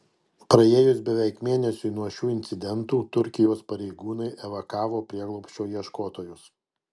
praėjus beveik mėnesiui nuo šių incidentų turkijos pareigūnai evakavo prieglobsčio ieškotojus